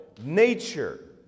nature